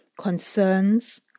concerns